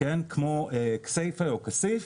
כמו כסייפה או כסיף,